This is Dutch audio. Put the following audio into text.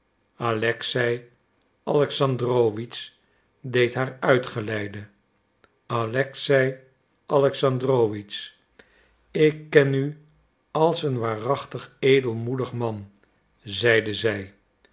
alexei alexandrowitsch deed haar uitgeleide alexei alexandrowitsch ik ken u als een waarachtig edelmoedig man zeide zij